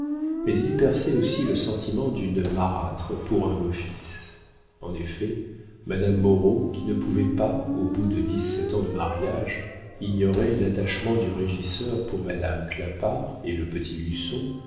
mais il y perçait aussi le sentiment d'une marâtre pour un beau-fils en effet madame moreau qui ne pouvait pas au bout de dix-sept ans de mariage ignorer l'attachement du régisseur pour madame clapart et le